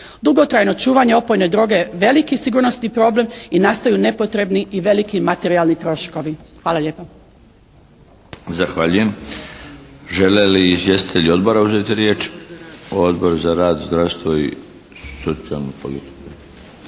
Dugotrajno čuvanje opojne droge je veliki sigurnosni problem i nastaju nepotrebni i veliki materijalni troškovi. Hvala lijepa.